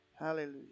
Hallelujah